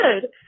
good